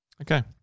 Okay